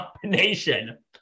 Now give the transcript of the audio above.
combination